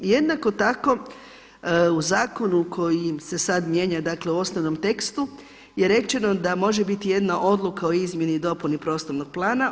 Jednako tako u zakonu kojim se mijenja dakle u osnovnom tekstu je rečeno da može biti jedna odluka o izmjeni i dopuni prostornog plana.